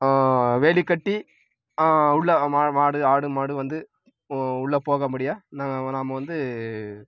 வேலிக்கட்டி உள்ள மா மாடு ஆடு மாடு வந்து உள்ள போகும்படியா நாங்கள் நாம் வந்து